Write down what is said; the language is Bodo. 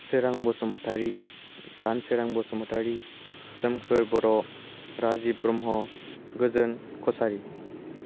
सोरां बसुमतारि दानसोरां बसुमतारि सोमखोर बर' राजिब ब्रह्म' गोजोन कसारि